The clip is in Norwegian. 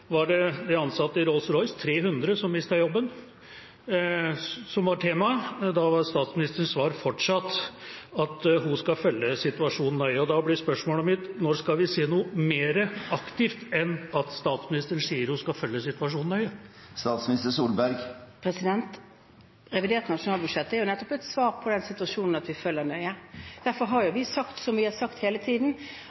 var det de 300 ansatte i Rolls-Royce som mister jobben, som var temaet. Da var statsministerens svar fortsatt at hun skal følge situasjonen nøye. Da blir spørsmålet mitt: Når skal vi få se noe mer aktivt enn at statsministeren sier hun skal følge situasjonen nøye? Revidert nasjonalbudsjett er nettopp et svar på den situasjonen som vi følger nøye. Derfor har vi sagt, som vi har sagt hele tiden,